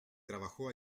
trabajó